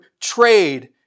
trade